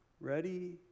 ready